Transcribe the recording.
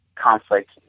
conflict